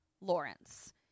Lawrence